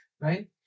right